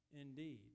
indeed